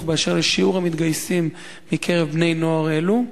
באשר לשיעור המתגייסים מקרב בני נוער אלו?